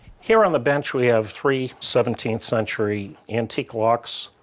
here on the bench we have three seventeenth century antique locks.